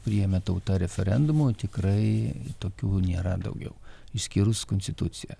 priėmė tauta referendumu tikrai tokių nėra daugiau išskyrus konstituciją